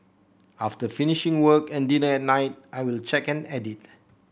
after finishing work and dinner at night I will check and edit